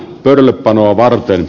pöydällepanoa varten